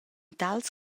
tals